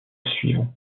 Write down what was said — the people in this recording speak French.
suivant